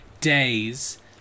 days